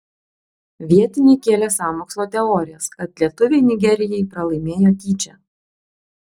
vietiniai kėlė sąmokslo teorijas kad lietuviai nigerijai pralaimėjo tyčia